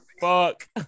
fuck